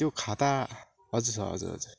त्यो खाता हजुर सर हजुर हजुर